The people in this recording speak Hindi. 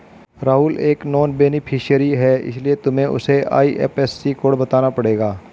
राहुल एक नॉन बेनिफिशियरी है इसीलिए तुम्हें उसे आई.एफ.एस.सी कोड बताना पड़ेगा